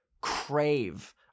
crave